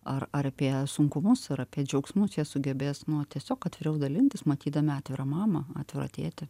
ar ar apie sunkumus ar apie džiaugsmus jie sugebės nu tiesiog atviriau dalintis matydami atvirą mamą atvirą tėti